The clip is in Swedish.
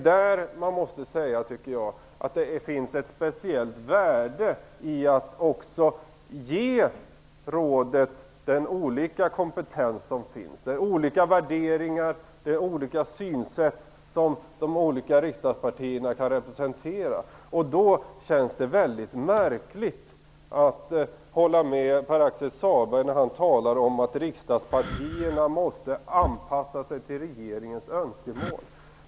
Därför tycker jag att det finns ett speciellt värde i att också ge rådet den kompetens, de olika värderingar och de olika synsätt som de olika riksdagspartierna representerar. Då känns det väldigt märkligt när Pär Axel Sahlberg talar om att riksdagspartierna måste anpassa sig till regeringens önskemål.